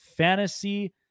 Fantasy